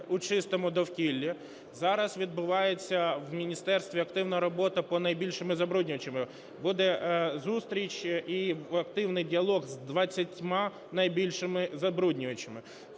у чистому довкіллі, зараз відбувається в міністерстві активна робота по найбільшим забруднюючим. Буде зустріч і активний діалог з 20 найбільшими забруднювачами.